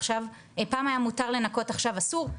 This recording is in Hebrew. עכשיו אסור,